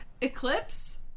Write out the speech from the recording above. Eclipse